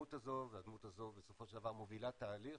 הדמות הזו והדמות הזו בסופו של דבר מובילה תהליך